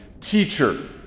Teacher